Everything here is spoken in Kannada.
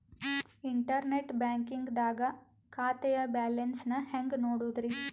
ಇಂಟರ್ನೆಟ್ ಬ್ಯಾಂಕಿಂಗ್ ದಾಗ ಖಾತೆಯ ಬ್ಯಾಲೆನ್ಸ್ ನ ಹೆಂಗ್ ನೋಡುದ್ರಿ?